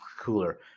cooler